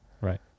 Right